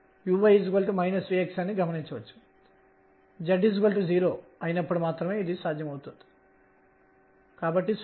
మరియు pr mr p mr2 మరియు p12mr2sin2